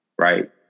right